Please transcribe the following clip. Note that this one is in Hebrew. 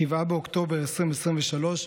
7 באוקטובר 2023,